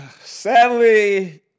sadly